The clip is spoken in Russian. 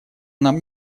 нам